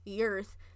Earth